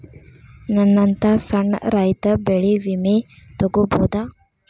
ನನ್ನಂತಾ ಸಣ್ಣ ರೈತ ಬೆಳಿ ವಿಮೆ ತೊಗೊಬೋದ?